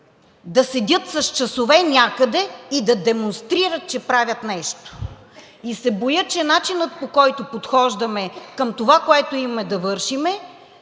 да седят с часове някъде и да демонстрират, че правят нещо. И се боя, че начинът, по който подхождаме към това, което имаме да вършим